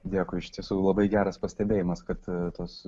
dėkui iš tiesų labai geras pastebėjimas kad tas